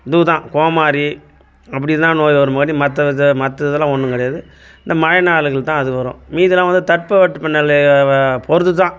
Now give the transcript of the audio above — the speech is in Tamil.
இது தான் கோமாதிரி அப்படி தான் நோய் வருமாட்டி மற்ற இது மற்ற இதெல்லாம் ஒன்றும் கிடையாது இந்த மழை நாள்களில் தான் அது வரும் மீதிலாம் வந்து தட்ப வெப்ப நிலையை வ பொறுத்து தான்